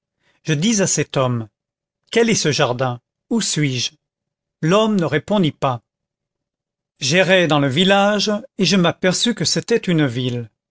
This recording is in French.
je dis à cet homme quel est ce jardin où suis-je l'homme ne répondit pas j'errai dans le village et je m'aperçus que c'était une ville